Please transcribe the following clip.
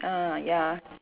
ah ya